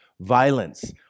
violence